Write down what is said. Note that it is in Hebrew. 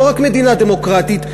לא רק מדינה דמוקרטית,